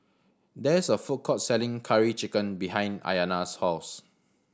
there is a food court selling Curry Chicken behind Ayana's house